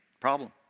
problem